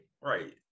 right